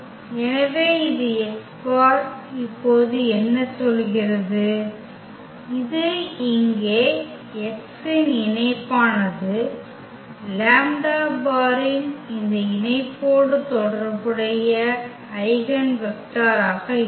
எனவே இது இப்போது என்ன சொல்கிறது இது இங்கே x இன் இணைப்பானது λ̅ இன் இந்த இணைப்போடு தொடர்புடைய ஐகென் வெக்டராக இருக்கும்